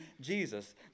Jesus